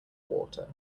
water